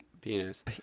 penis